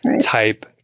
type